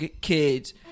kids